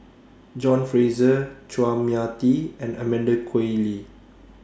John Fraser Chua Mia Tee and Amanda Koe Lee